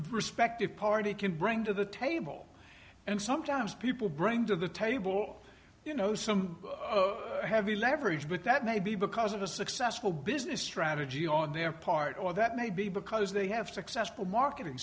respective party can bring to the table and sometimes people bring to the table you know some heavy leverage but that may be because of a successful business strategy on their part or that may be because they have successful marketing